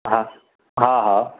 हा हा हा